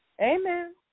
Amen